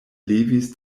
levis